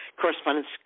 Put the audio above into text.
correspondence